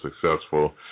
successful